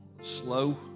slow